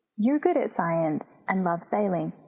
you're good at science and love sailing,